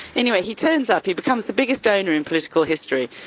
anyway. he turns up, he becomes the biggest donor in political history.